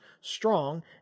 strong